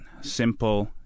simple